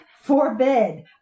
forbid